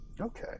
Okay